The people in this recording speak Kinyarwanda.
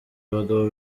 abagabo